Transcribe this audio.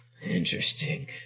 Interesting